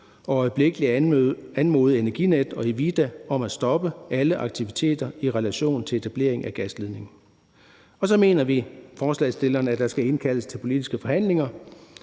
og øjeblikkelig anmode Energinet og Evida om at stoppe alle aktiviteter i relation til etableringen af gasledningen. Så mener forslagsstillerne også, at der skal indkaldes til politiske forhandlinger,